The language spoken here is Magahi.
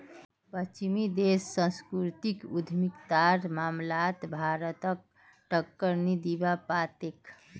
पश्चिमी देश सांस्कृतिक उद्यमितार मामलात भारतक टक्कर नी दीबा पा तेक